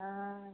हाँ